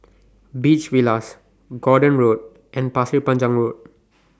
Beach Villas Gordon Road and Pasir Panjang Road